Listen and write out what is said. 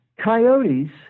Coyotes